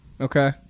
Okay